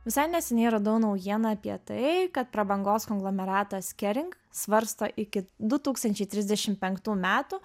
visai neseniai radau naujieną apie tai kad prabangos konglomeratas kering svarsto iki du tūkstančiai trisdešim penktų metų